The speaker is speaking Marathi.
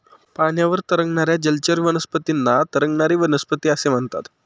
पाण्यावर तरंगणाऱ्या जलचर वनस्पतींना तरंगणारी वनस्पती असे म्हणतात